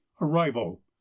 arrival